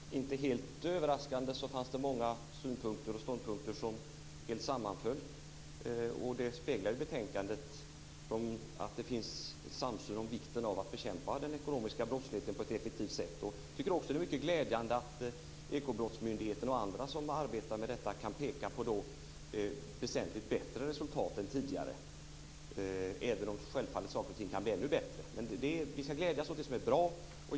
Herr talman! Inte helt överraskande fanns det många synpunkter och ståndpunkter i Märta Johanssons anförande som helt sammanföll med mina. Det speglar betänkandet, där det finns en samsyn om vikten av att bekämpa den ekonomiska brottsligheten på ett effektivt sätt. Jag tycker också att det är mycket glädjande att Ekobrottsmyndigheten och andra som arbetar med detta kan peka på väsentligt bättre resultat än tidigare, även om saker och ting självfallet kan bli ännu bättre. Men vi ska glädjas åt det som är bra.